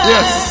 Yes